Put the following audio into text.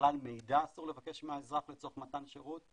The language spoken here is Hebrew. בכלל מידע אסור לבקש מהאזרח לצורך מתן שירות.